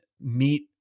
meet